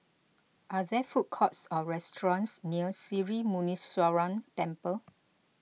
are there food courts or restaurants near Sri Muneeswaran Temple